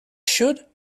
should